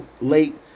late